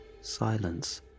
silence